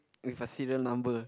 with a serial number